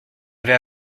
avait